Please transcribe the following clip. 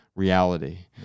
Reality